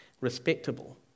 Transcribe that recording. respectable